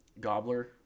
gobbler